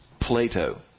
Plato